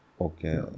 okay